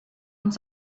uns